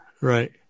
Right